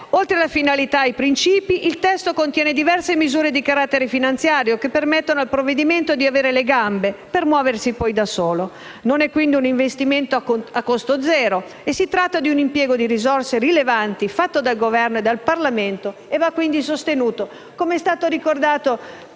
Oltre alle finalità e i principi, il testo contiene diverse misure di carattere finanziario, che permettono al provvedimento di avere le gambe per muoversi poi da solo. Non è quindi un investimento a costo zero: si tratta di un impiego di risorse rilevanti fatto dal Governo e dal Parlamento che va quindi sostenuto, come è stato ricordato